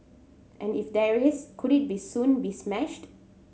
and if there is could it soon be smashed